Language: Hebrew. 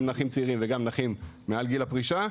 גם נכים צעירים וגם נכים מעל גיל הפרישה,